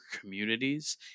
communities